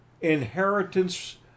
inheritance